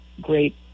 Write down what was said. great